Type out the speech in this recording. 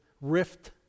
rift